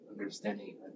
understanding